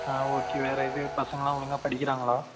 ஆ okay வேறு ஏதும் பசங்களாம் ஒழுங்கா படிக்கிறாங்களா